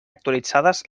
actualitzades